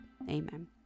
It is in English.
amen